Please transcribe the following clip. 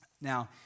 now